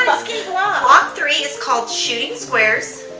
ah three is called shooting squares.